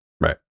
Right